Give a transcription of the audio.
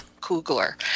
Kugler